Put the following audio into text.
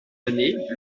années